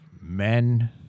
men